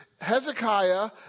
Hezekiah